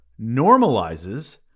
normalizes